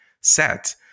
set